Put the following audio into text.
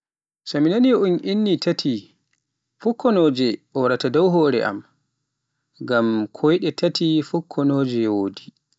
So mi nani un inni ni taati, fukkonooje waraata dow am, ngam koyɗe tati fukkonoje wodi.